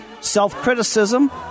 self-criticism